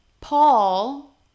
Paul